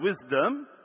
wisdom